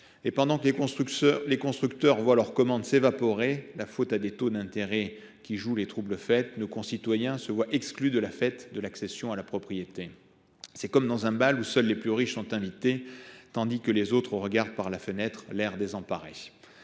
Et pendant que les constructeurs voient leurs commandes s’évaporer – la faute à des taux d’intérêt qui jouent les trouble fête –, nos concitoyens se voient exclus de la fête de l’accession à la propriété. C’est comme dans un bal où seuls les plus riches sont invités, tandis que les autres regardent par la fenêtre, l’air désemparé.